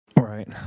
Right